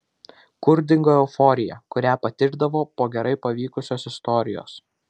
kur dingo euforija kurią patirdavo po gerai pavykusios istorijos